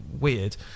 weird